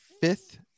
fifth